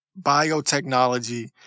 biotechnology